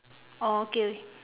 oh okay okay